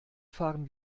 fahren